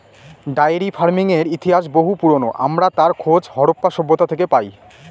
diary ফার্মিংয়ের ইতিহাস বহু পুরোনো, আমরা তার খোঁজ হরপ্পা সভ্যতা থেকে পাই